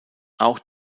auch